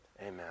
Amen